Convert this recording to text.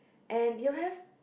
and you'll have